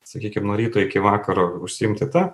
sakykim nuo ryto iki vakaro užsiimti ta